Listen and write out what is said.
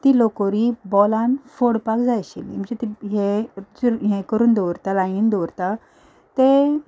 फोडपाक जाय आशिल्ली म्हणजे ती हें हें करून दवरता लायनीन दवरता तें